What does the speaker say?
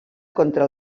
contra